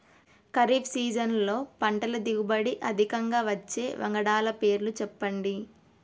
ఖరీఫ్ సీజన్లో పంటల దిగుబడి అధికంగా వచ్చే వంగడాల పేర్లు చెప్పండి?